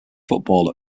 football